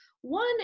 One